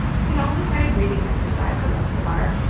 you can also try a breathing exercise, says escobar.